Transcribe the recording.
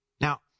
Now